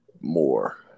more